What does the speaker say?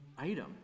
item